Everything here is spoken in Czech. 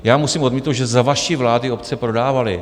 Já musím odmítnout, že za vaší vlády obce prodávaly.